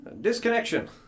Disconnection